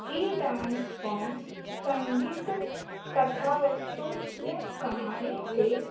हीअ dance form संगीत कथा वस्तु या कहाणी ते